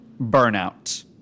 burnout